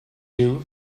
you